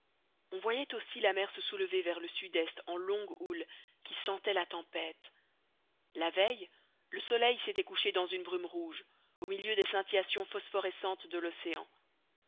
on voyait aussi la mer se soulever vers le sud-est en longues houles qui sentaient la tempête la veille le soleil s'était couché dans une brume rouge au milieu des scintillations phosphorescentes de l'océan